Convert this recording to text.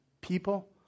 people